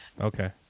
Okay